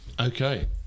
Okay